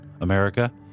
America